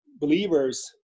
believers